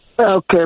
Okay